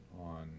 on